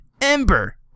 Ember